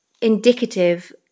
indicative